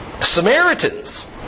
Samaritans